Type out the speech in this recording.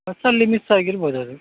ಬಸ್ಸಲ್ಲಿ ಮಿಸ್ ಆಗಿರ್ಬೋದು ಅದು